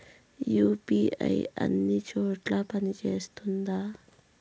UPI అన్ని చోట్ల పని సేస్తుందా?